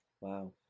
Wow